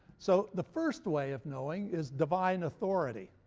so the first way of knowing is divine authority.